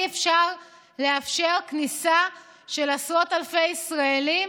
אי-אפשר לאפשר כניסה של עשרות אלפי ישראלים